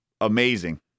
Amazing